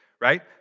right